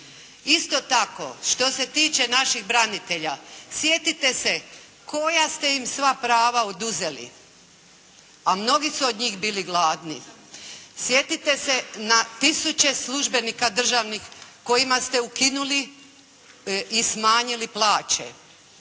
Isto tako, što se tiče naših branitelja, sjetite se koja ste im sva prava oduzeli. A mnogi su od njih bili gladni. Sjetite se na tisuće službenika državnih kojima ste ukinuli i smanjili plaće,